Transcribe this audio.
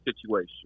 situation